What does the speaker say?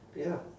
ya